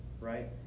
right